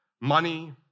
money